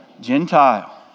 Gentile